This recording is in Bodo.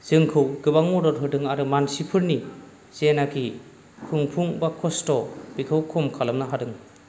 जोंखौ गोबां मदद होदों आरो मानसिफोरनि जेनाखि खुंफुं बा खस्थ' बेखौ खम खालामनो हादों